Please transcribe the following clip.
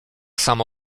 samo